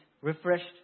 refreshed